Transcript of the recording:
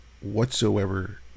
whatsoever